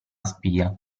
spia